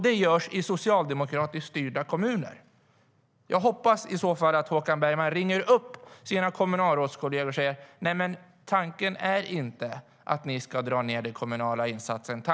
Det görs i socialdemokratiskt styrda kommuner. Jag hoppas att Håkan Bergman i så fall ringer upp sina kommunalrådskolleger och säger: Tanken är inte att ni ska dra ned den kommunala insatsen.